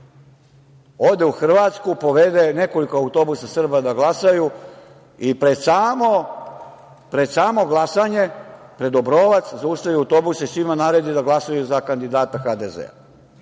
ode u Hrvatsku, povede nekoliko autobusa Srba da glasaju i pred samo glasanje, pred Obrovac zaustavi autobuse i svima naredi da glasaju za kandidata HDZ-a.